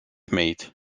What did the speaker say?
meat